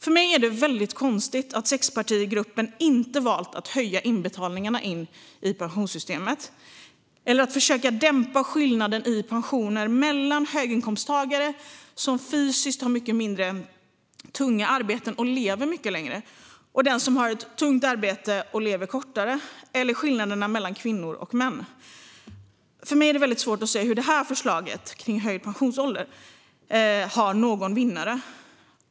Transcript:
För mig är det konstigt att sexpartigruppen inte har valt att höja inbetalningarna till pensionssystemet eller att försöka dämpa skillnaderna i pensioner mellan höginkomsttagare, som har mindre fysiskt tunga arbeten och lever längre, och den som har ett tungt arbete och lever kortare eller skillnaderna mellan kvinnor och män. Det är svårt att se att det här förslaget om höjd pensionsålder har någon vinnare.